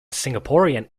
singaporean